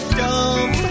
dumb